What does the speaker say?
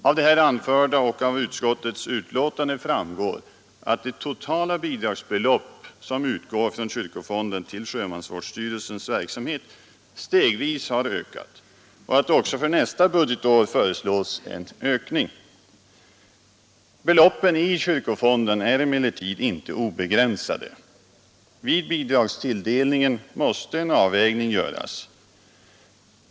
Av det här anförda och av utskottets betänkande framgår att det totala bidragsbelopp som utgår från kyrkofonden till sjömansvårdsstyrelsens verksamhet stegvis har ökat. Också för nästa budgetår föreslås en ökning. Beloppen i kyrkofonden är emellertid inte obegränsade. Vid bidragstilldelningen måste en avvägning göras.